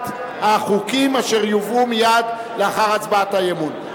החוקים אשר יובאו מייד לאחר הצבעת האי-אמון.